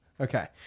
Okay